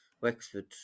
Wexford